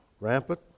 rampant